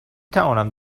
توانم